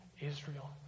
Israel